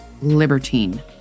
libertine